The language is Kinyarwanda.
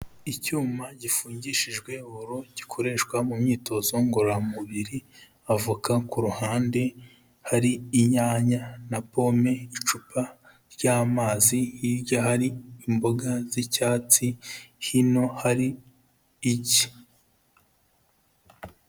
Icyuma gifungishijwe boro gikoreshwa mu myitozo ngororamubiri, avoka ku ruhande hari inyanya na pome, icupa ry'amazi hirya hari imboga z'icyatsi hino hari igi.